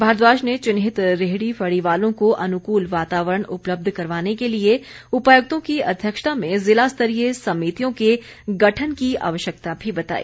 भारद्वाज ने चिन्हित रेहड़ी फड़ी वालों को अनुकूल वातावरण उपलब्ध करवाने के लिए उपायुक्तों की अध्यक्षता में जिला स्तरीय समितियों के गठन की आवश्यकता भी बताई